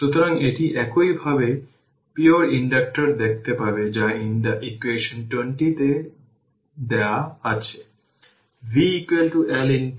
সুতরাং এটি একই ভাবে পিওর ইন্ডাক্টর দেখতে পাবে যা ইকুয়েশন 20 তে দেয়া আছে v L didt